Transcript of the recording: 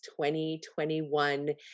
2021